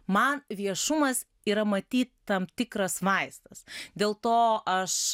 man viešumas yra matyt tam tikras vaistas dėl to aš